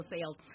sales